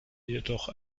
jedoch